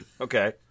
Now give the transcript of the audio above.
Okay